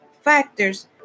factors